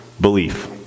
belief